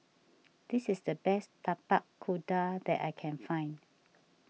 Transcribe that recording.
this is the best Tapak Kuda that I can find